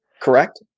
correct